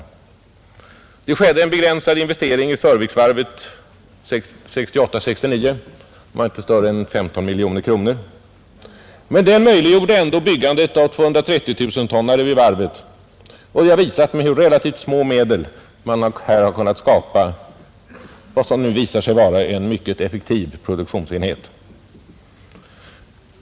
Det skedde en begränsad investering i Sörviksvarvet 1968/69 — den var inte större än 15 miljoner kronor men den möjliggjorde ändå byggandet av 230 000-tonnare vid varvet. Man har alltså med relativt små medel här kunnat skapa vad som nu visar sig vara en mycket effektiv produktionsenhet.